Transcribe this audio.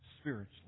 spiritually